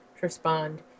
respond